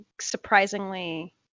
surprisingly